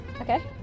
okay